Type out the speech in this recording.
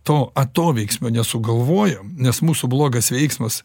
to atoveiksmio nesugalvojom nes mūsų blogas veiksmas